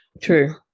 True